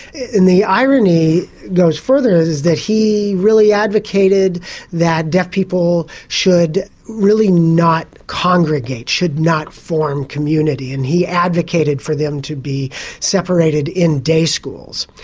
and the irony goes further in that he really advocated that deaf people should really not congregate, should not form community, and he advocated for them to be separated in day schools.